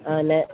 ಹಾಂ ನ